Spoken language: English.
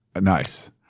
Nice